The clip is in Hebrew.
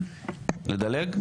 לדלג?